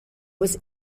was